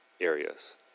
areas